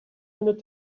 minute